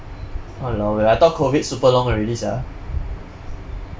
!walao! eh I thought COVID super long already sia